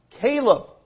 Caleb